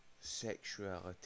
sexuality